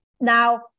Now